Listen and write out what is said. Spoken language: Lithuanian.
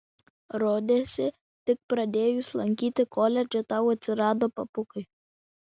rodėsi tik pradėjus lankyti koledžą tau atsirado papukai